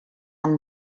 han